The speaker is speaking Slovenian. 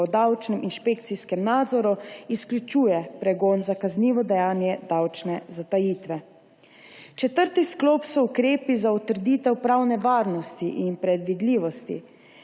o davčnem inšpekcijskem nadzoru izključuje pregon za kaznivo dejanje davčne zatajitve. Četrti sklop so ukrepi za utrditev pravne varnosti in predvidljivosti: